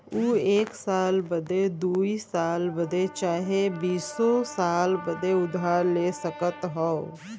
ऊ एक साल बदे, दुइ साल बदे चाहे बीसो साल बदे उधार ले सकत हौ